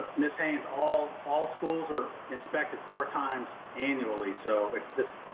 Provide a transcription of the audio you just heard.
it. ms. haynes, all all schools are inspected four times annually. so it's this,